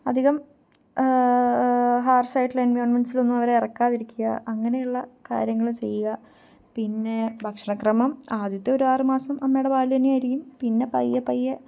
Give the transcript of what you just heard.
അധികം ഹാർഷായിട്ടുള്ള എൻവയോണ്മെൻ്റ്സിൽ ഒന്നും അവരെ ഇറക്കാതിരിക്കുക അങ്ങനെയുള്ള കാര്യങ്ങൾ ചെയ്യുക പിന്നെ ഭക്ഷണക്രമം ആദ്യത്തെ ഒരു ആറു മാസം അമ്മയുടെ പാൽ തന്നെയായിരിക്കും പിന്നെ പയ്യെ പയ്യെ